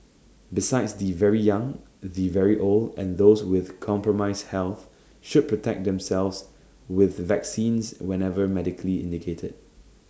besides the very young the very old and those with compromised health should protect themselves with vaccines whenever medically indicated